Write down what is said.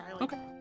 Okay